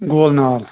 گول نال